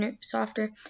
softer